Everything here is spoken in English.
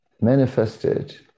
manifested